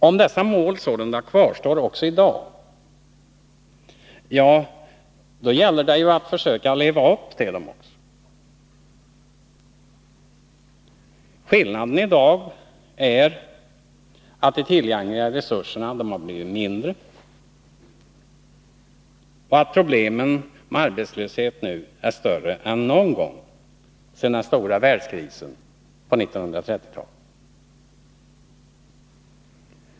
Om dessa mål sålunda kvarstår också i dag — ja, då gäller det att försöka leva upp till dem. Skillnaden i dag är att de tillgängliga resurserna blivit mindre och att problemet med arbetslöshet nu är större än någon gång sedan den stora världskrisen på 1930-talet.